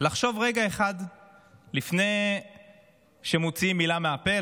לחשוב רגע אחד לפני שמוציאים מילה מהפה,